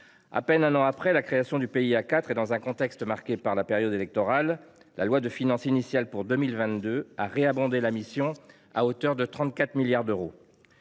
À peine un an après la création du PIA 4, dans un contexte électoral, la loi de finances initiale pour 2022 a ré abondé la mission à hauteur de 34 milliards d’euros.